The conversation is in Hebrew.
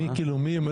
מי ימלא את מקומך?